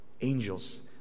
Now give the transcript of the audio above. angels